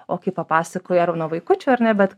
o kai papasakoji ar nuo vaikučio ar ne bet